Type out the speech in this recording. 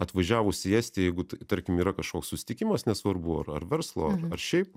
atvažiavus į estiją jeigu tarkim yra kažkoks susitikimas nesvarbu ar ar verslo ar šiaip